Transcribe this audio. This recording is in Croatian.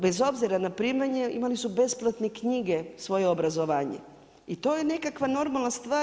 Bez obzira na primanja imali su besplatne knjige svoje obrazovanje i to je nekakav normalna stvar.